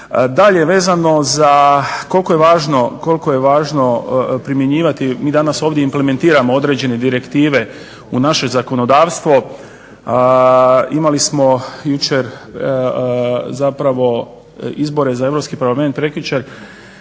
Dalje, vezano za koliko je važno primjenjivati, mi danas ovdje implementiramo određene direktive u naše zakonodavstvo. Imali smo jučer zapravo izbore za Europski parlament prekjučer